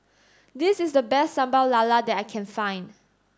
this is the best Sambal Lala that I can find